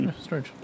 Strange